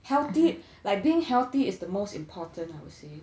healthy like being healthy is the most important I would say